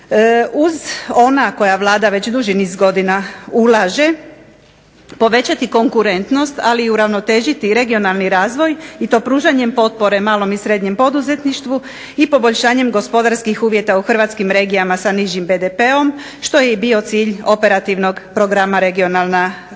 uz koji Vlada već duži niz godina ulaže povećati konkurentnost ali i uravnotežiti regionalni razvoj i to pružanjem potpore malom i srednjem poduzetništvu i poboljšanjem gospodarskih uvjeta u Hrvatskim regijama sa nižim BDP-om što je bio cilj operativnog programa Regionalna